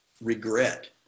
regret